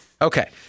Okay